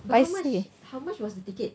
but how much how much was the ticket